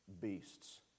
beasts